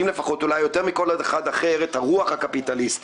אולי יותר מכל אחד אחר את הרוח הקפיטליסטית.